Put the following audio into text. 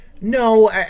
No